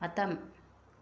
ꯃꯇꯝ